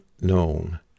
known